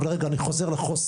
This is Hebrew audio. אבל רגע אני חוזר לחוסר,